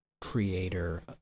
creator